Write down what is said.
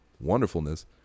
wonderfulness